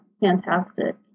fantastic